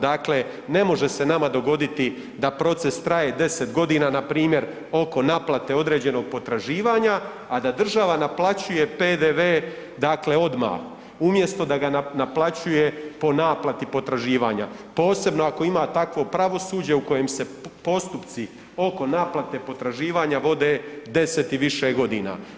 Dakle, ne može se nama dogoditi da proces traje 10.g. npr. oko naplate određenog potraživanja, a da država naplaćuje PDV, dakle odma umjesto da ga naplaćuje po naplati potraživanja, posebno ako ima takvo pravosuđe u kojem se postupci oko naplate potraživanja vode 10 i više godina.